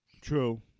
True